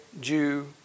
Jew